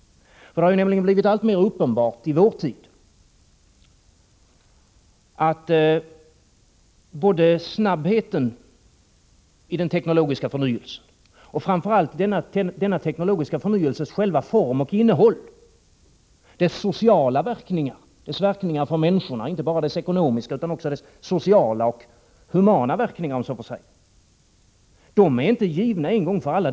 Det har blivit alltmer uppenbart i vår tid att både snabbheten i den teknologiska förnyelsen och framför allt denna teknologiska förnyelses själva form och innehåll, inte bara dess ekonomiska verkningar utan dess sociala och humana verkningar, dess verkningar för människorna, inte är givna en gång för alla.